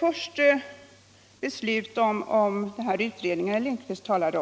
Först fick vi beslutet om den utredning herr Lindkvist nämnde.